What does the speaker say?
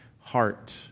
heart